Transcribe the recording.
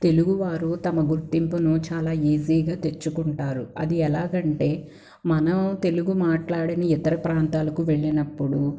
తెలుగువారు తమ గుర్తింపును చాలా ఈజీగా తెచ్చుకుంటారు అది ఎలాగంటే మనం తెలుగు మాట్లాడని ఇతర ప్రాంతాలకు వెళ్ళినప్పుడు